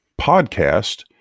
podcast